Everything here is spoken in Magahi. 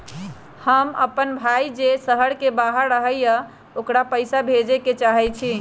हमर अपन भाई जे शहर के बाहर रहई अ ओकरा पइसा भेजे के चाहई छी